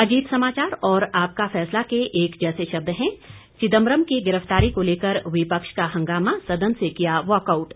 अजीत समाचार और आपका फैसला के एक जैसे शब्द हैं चिदम्बरम की गिरफ्तारी को लेकर विपक्ष का हंगामा सदन से किया वाकआउट